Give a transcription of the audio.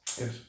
Yes